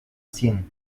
sien